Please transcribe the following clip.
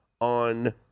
on